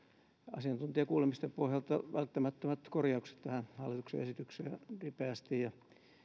asiantuntijakuulemisten pohjalta välttämättömät korjaukset tähän hallituksen esitykseen ripeästi ja